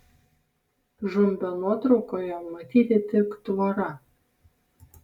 žumbio nuotraukoje matyti tik tvora